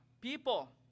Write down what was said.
people